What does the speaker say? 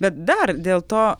bet dabar dėl to